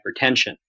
hypertension